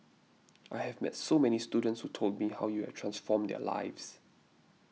I have met so many students who told me how you have transformed their lives